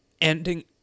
ending